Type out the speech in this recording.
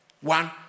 One